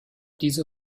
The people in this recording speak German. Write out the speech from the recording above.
diese